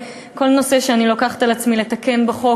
כל נושא שאני לוקחת על עצמי לתקן בחוק,